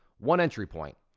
one entry point,